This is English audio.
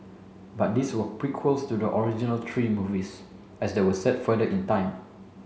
but these were prequels to the original three movies as they were set further in time